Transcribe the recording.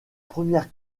première